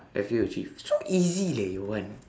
have you achieved so easy leh your one